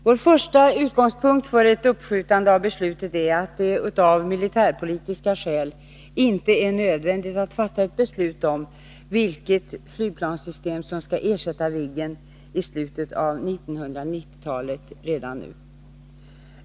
Vår första utgångspunkt för ett uppskjutande av beslutet är att det av militärpolitiska skäl inte är nödvändigt att redan nu fatta beslut om vilket flygplanssystem som skall ersätta Viggen i slutet av 1990-talet.